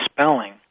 spelling